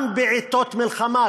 גם בעתות מלחמה,